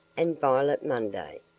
and violet munday.